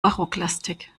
barocklastig